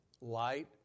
light